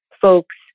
folks